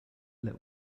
let